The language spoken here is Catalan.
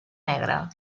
negre